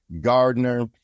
Gardner